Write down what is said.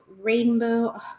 rainbow